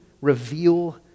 reveal